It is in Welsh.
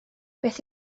beth